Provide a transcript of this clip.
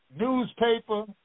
newspaper